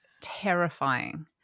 terrifying